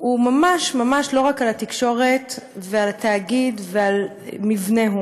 הם ממש ממש לא רק על התקשורת ועל התאגיד ועל מבנהו,